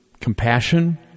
Compassion